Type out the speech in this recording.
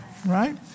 Right